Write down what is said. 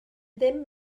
ddim